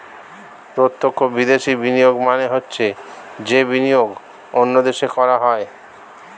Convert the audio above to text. প্রত্যক্ষ বিদেশি বিনিয়োগ মানে হচ্ছে যে বিনিয়োগ অন্য দেশে করা হয়